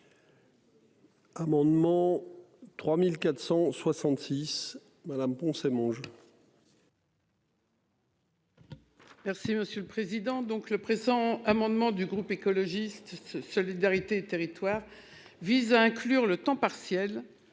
le présent amendement du groupe écologiste solidarité et territoires vise à inclure le temps partiel.